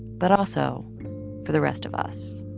but also for the rest of us